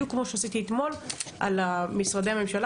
בדיוק כמו שעשיתי אתמול על משרדי הממשלה